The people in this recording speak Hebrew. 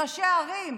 לראשי הערים.